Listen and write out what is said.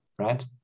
Right